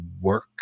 work